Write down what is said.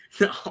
No